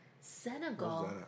Senegal